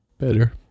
Better